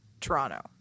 Toronto